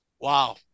wow